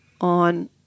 on